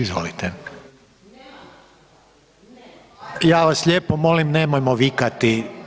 Izvolite. … [[Upadica se ne razumije.]] Ja vas lijepo molim nemojmo vikati.